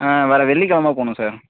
வர வெள்ளிக்கிழம போகனும் சார்